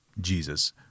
Jesus